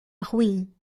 ruim